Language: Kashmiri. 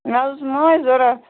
مےٚ حظ اوس مانٛچھ ضروٗرت